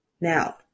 Now